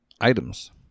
items